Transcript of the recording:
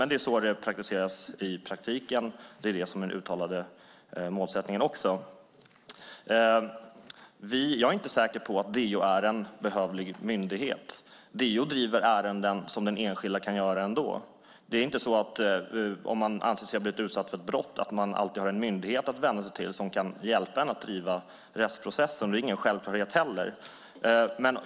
Det är så i praktiken, det är det som är den uttalade målsättningen. Jag är inte säker på att DO är en behövlig myndighet. DO driver ärenden som den enskilda kan driva ändå. Om man anser sig ha blivit utsett för ett brott finns det inte alltid en myndighet att vända sig till som kan hjälpa en att driva rättsprocessen. Det är ingen självklarhet.